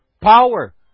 power